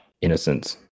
Innocence